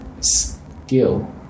skill